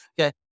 Okay